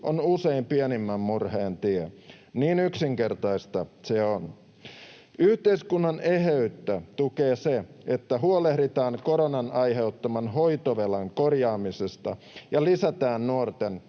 on usein pienimmän murheen tie, niin yksinkertaista se on. Yhteiskun-nan eheyttä tukee se, että huolehditaan koronan aiheuttaman hoitovelan korjaamisesta ja lisätään nuorten